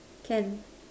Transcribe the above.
can